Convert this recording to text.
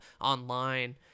online